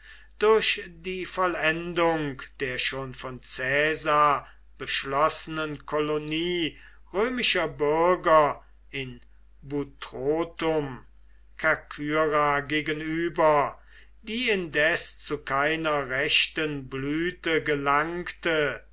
durch die vollendung der schon von caesar beschlossenen kolonie römischer bürger in buthrotum kerkyra gegenüber die indes zu keiner rechten blüte gelangte